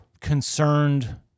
concerned